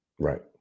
Right